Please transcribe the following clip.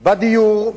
בדיור,